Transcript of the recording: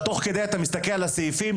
תוך כדי אני מסתכל על הסעיפים,